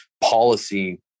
policy